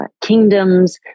kingdoms